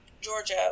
Georgia